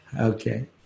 Okay